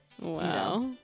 wow